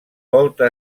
volta